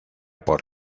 por